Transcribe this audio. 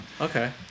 Okay